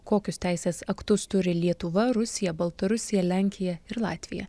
kokius teisės aktus turi lietuva rusija baltarusija lenkija ir latvija